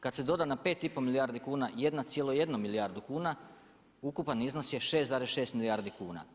Kad se doda na 5 i pol milijardi kuna 1,1 milijardu kuna ukupan iznos je 6,6 milijardi kuna.